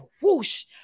whoosh